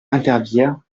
intervient